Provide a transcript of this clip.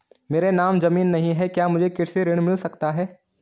मेरे नाम ज़मीन नहीं है क्या मुझे कृषि ऋण मिल सकता है?